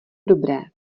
dobré